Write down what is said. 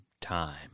Time